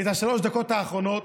את שלוש הדקות האחרונות,